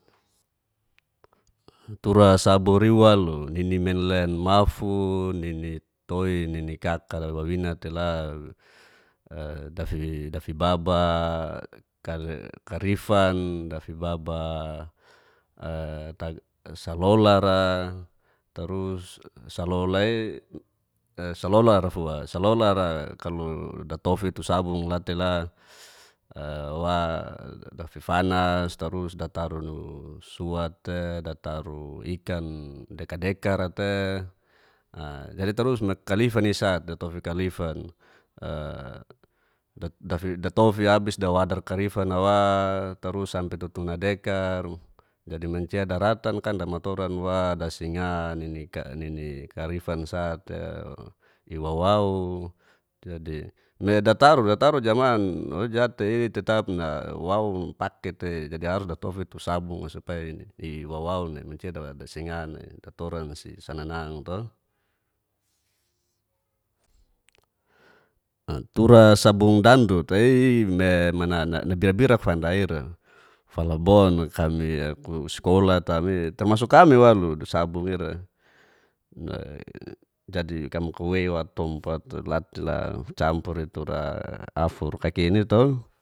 Tura sabur'i walu nini minlen mafun nini toi nini kaka wawinara tela dafi dafibaba tarus salola'i salolara fua, salolara kalo datofu tu sabung latela dataru nu suat te dataru ikan dek dekar te jadi me klifan sa'te datofi abis dawadar kalifan'a trus tutu sampe nadekar jadi amncia daratan kan damaton wa dasing nini karifan sa'te iwawau jadi dataru dataru jaman o jat'tei itetap nawun paki tei jadi hrus datopu tu sabung'a supai iwawau nai mancia dasinga nai datoran si sananag to tura sabung dangdutai me mana nabira birak fanda ira falabona kami skola tamai tamasuk kami walu sasbung ira jadi kam kuwei wa tompat latela campur itura afur kakin i'to.